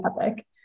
epic